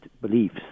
beliefs